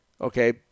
okay